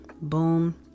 boom